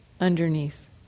underneath